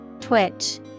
Twitch